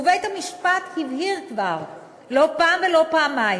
ובית-המשפט הבהיר כבר לא פעם ולא פעמיים